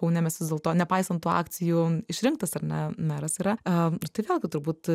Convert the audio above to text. kaune mes vis dėlto nepaisant tų akcijų išrinktas ar ne meras yra a ir tai vėlgi turbūt